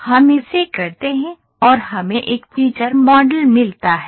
तो हम इसे करते हैं और हमें एक फीचर मॉडल मिलता है